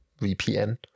VPN